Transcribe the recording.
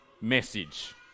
message